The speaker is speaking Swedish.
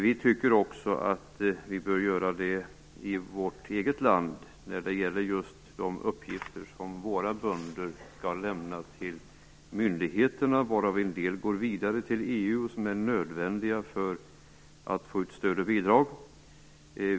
Vi kristdemokrater tycker att vi också bör förenkla administrationen i vårt eget land när det gäller de uppgifter som våra bönder skall lämna till myndigheterna, varav en del går vidare till EU, och som är nödvändiga för att få ut större bidrag.